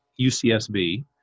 UCSB